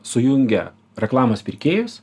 sujungia reklamos pirkėjus